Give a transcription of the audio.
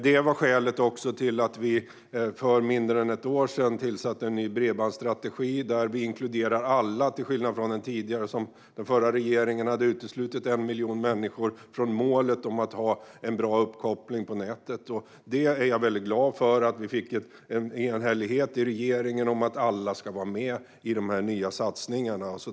Detta var skälet till att vi för mindre än ett år sedan tillsatte en ny bredbandsstrategi där vi inkluderar alla, till skillnad från den förra, där den förra regeringen hade uteslutit 1 miljon människor från målet om att ha en bra uppkoppling på nätet. Jag är mycket glad över att vi fick en enhällighet i regeringen om att alla ska vara med i dessa nya satsningar.